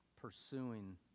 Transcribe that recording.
pursuing